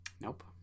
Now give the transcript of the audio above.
Nope